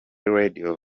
radio